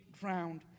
drowned